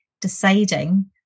deciding